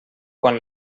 quan